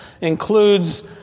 includes